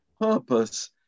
purpose